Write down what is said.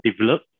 develop